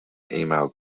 email